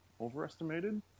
overestimated